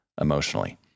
emotionally